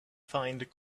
find